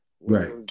Right